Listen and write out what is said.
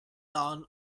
down